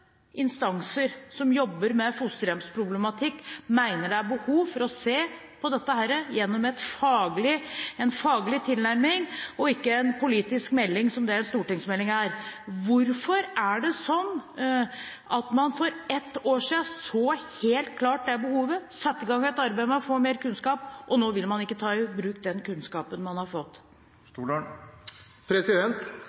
instanser som jobber med fosterhjemsproblematikk, mener at det er behov for å se på dette gjennom en faglig tilnærming – ikke en politisk melding, som en stortingsmelding er. Hvorfor er det sånn at man for ett år siden så behovet helt klart og satte i gang et arbeid for å få mer kunnskap, men nå ikke vil ta i bruk den kunnskapen man har fått?